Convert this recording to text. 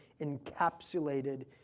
encapsulated